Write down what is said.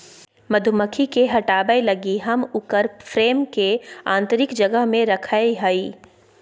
मधुमक्खी के हटाबय लगी हम उकर फ्रेम के आतंरिक जगह में रखैय हइ